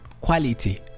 quality